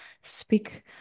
speak